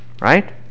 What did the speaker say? Right